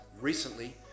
recently